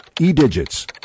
E-digits